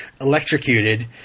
electrocuted